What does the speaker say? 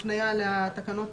הפניה לתקנות,